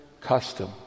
custom